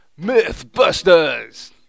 Mythbusters